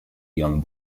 young